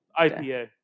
IPA